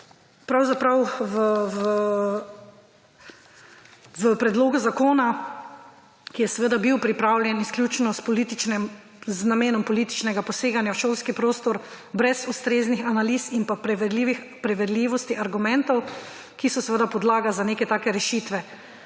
pravzaprav v predlogu zakona, ki je seveda bil pripravljen izključno s političnim, z namenom političnega poseganja v šolski prostor, brez ustreznih analiz in pa preverljivosti argumentov, ki so seveda podlaga za neke take rešitve.